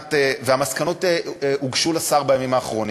והמסקנות הוגשו לשר בימים האחרונים.